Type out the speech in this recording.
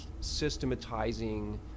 systematizing